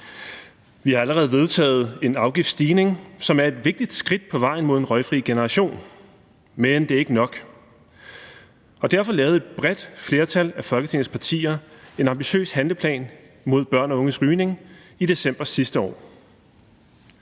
Vi har allerede vedtaget en afgiftsstigning, som er et vigtigt skridt på vejen mod en røgfri generation. Men det er ikke nok. Og derfor lavede et bredt flertal af Folketingets partier i december sidste år en ambitiøs handleplan mod børns og unges rygning. Den skal så